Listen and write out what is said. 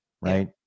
Right